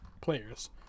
players